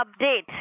update